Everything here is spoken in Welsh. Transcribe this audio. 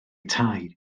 tai